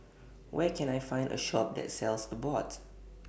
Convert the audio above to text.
Where Can I Find A Shop that sells Abbott